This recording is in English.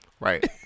Right